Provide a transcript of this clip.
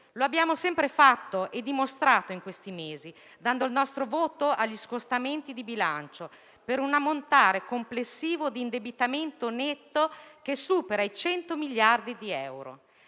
Lo abbiamo sempre fatto e dimostrato in questi mesi, dando il nostro voto agli scostamenti di bilancio, per un ammontare complessivo di indebitamento netto che supera i 100 miliardi di euro.